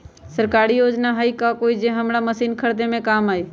सरकारी योजना हई का कोइ जे से हमरा मशीन खरीदे में काम आई?